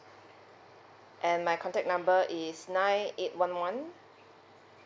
and my contact number is nine eight one one